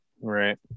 Right